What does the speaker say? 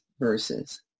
verses